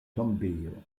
tombejo